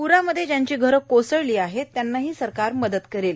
प्रामध्ये ज्यांची घरं कोसळली आहेत त्यांनाही सरकार मदत करणार आहे